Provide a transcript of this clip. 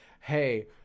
hey